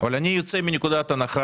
הם לא רוצים את זה כאן.